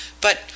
But